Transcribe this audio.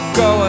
go